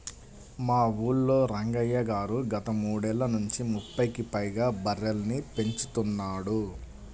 మా ఊల్లో రంగయ్య గారు గత మూడేళ్ళ నుంచి ముప్పైకి పైగా బర్రెలని పెంచుతున్నాడు